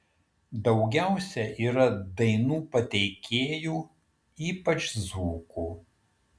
daugiausiai yra dainų pateikėjų ypač dzūkų